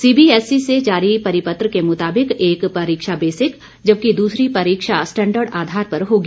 CBSE से जारी परिपत्र के मुताबिक एक परीक्षा बेसिक जबकि दूसरी परीक्षा स्टैंडर्ड आधार पर होगी